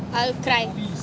I'll try